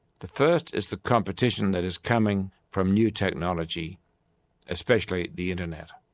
the first is the competition that is coming from new technology especially the internet.